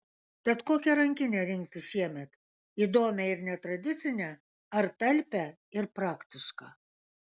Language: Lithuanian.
tad kokią rankinę rinktis šiemet įdomią ir netradicinę ar talpią ir praktišką